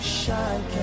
shine